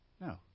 No